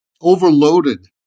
overloaded